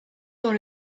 dans